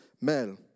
Mel